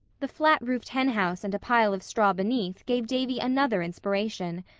the flat-roofed henhouse and a pile of straw beneath gave davy another inspiration.